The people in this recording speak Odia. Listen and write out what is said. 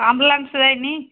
ଆମ୍ୱଲାନ୍ସ ଯାଇନି